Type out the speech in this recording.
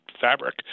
fabric